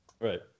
Right